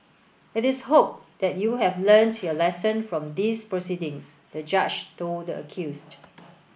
it is hoped that you have learnt your lesson from these proceedings the Judge told the accused